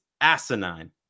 asinine